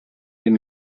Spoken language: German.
den